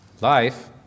life